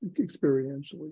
experientially